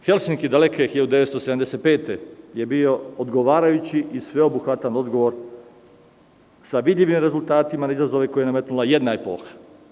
Helsinki je daleke 1975. godine bio odgovarajući i sveobuhvatan odgovor, sa vidljivim rezultatima na izazove koje je nametnula jedna epoha.